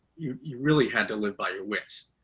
you you really had to live by your wits.